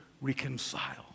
reconcile